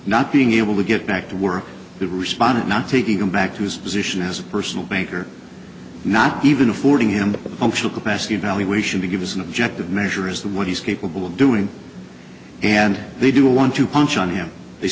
not being able to get back to work the respondent not taking him back to his position as a personal banker not even affording him the capacity evaluation to give us an objective measure is that what he's capable of doing and they do a one two punch on him they